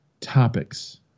topics